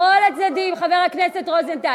וזה לכל הצדדים, לכל הצדדים, חבר הכנסת רוזנטל.